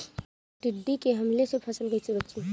टिड्डी के हमले से फसल कइसे बची?